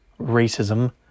racism